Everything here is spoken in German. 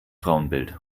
frauenbild